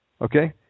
Okay